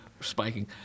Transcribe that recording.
spiking